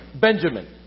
Benjamin